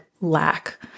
lack